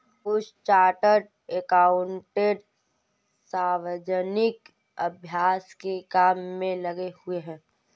कुछ chartered accountant सार्वजनिक अभ्यास के काम में लगे हुए हैं